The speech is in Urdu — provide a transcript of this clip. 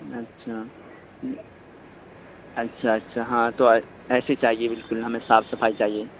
اچھا اچھا اچھا ہاں تو ایسے ہی چاہیے بالکل ہمیں صاف صفائی چاہیے